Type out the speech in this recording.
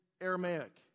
Aramaic